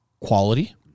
quality